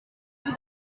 with